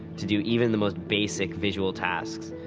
to do even the most basic visual tasks,